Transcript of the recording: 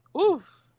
Oof